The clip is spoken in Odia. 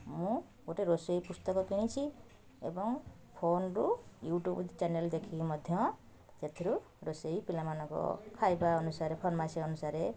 ମୁଁ ଗୋଟେ ରୋଷେଇ ପୁସ୍ତକ କିଣିଛି ଏବଂ ଫୋନ୍ରୁ ୟୁଟ୍ୟୁବ୍ ଚ୍ୟାନେଲ୍ ଦେଖିକି ମଧ୍ୟ ସେଥିରୁ ରୋଷେଇ ପିଲାମାନଙ୍କ ଖାଇବା ଅନୁସାରେ ଫର୍ମାଇସ୍ ଅନୁସାରେ